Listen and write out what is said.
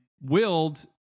willed